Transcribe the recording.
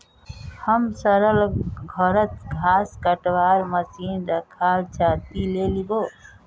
हमसर घरत घास कटवार मशीन रखाल छ, ती ले लिबो